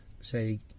say